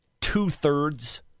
two-thirds